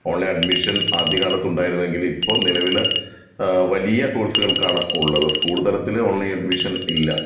online admission ആദ്യകാലത്തുണ്ടായിരുന്നെങ്കിൽ ഇപ്പോൾ നിലവിൽ വലിയ കോഴ്സുകൾക്കാണ് ഉള്ളത് സ്കൂൾ തലത്തിൽ ഓൺലൈൻ അഡ്മിഷൻ ഇല്ല